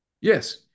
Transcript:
Yes